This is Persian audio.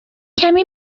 کمی